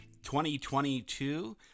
2022